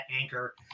Anchor